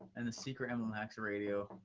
and the secret mlm hacks radio.